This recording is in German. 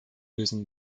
lösen